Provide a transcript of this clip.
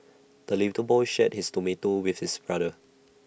the little boy shared his tomato with his brother